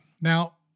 Now